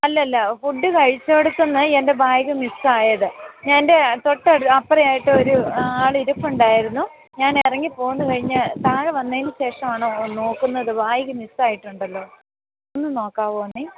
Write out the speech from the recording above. അല്ല അല്ല ഫുഡ് കഴിച്ച ഇടത്ത് നിന്ന് എൻ്റെ ബാഗ് മിസ്സായത് എൻ്റെ തൊട്ട് അപ്പറെ ആയിട്ട് ഒരു ആൾ ഇരിപ്പുണ്ടായിരുന്നു ഞാൻ ഇറങ്ങി പോന്ന് കഴിഞ്ഞ് താഴെ വന്നതിന് ശേഷമാണ് നോക്കുന്നത് ബാഗ് മിസ്സായിട്ടുണ്ടല്ലോ ഒന്ന് നോക്കാവോ എന്നേ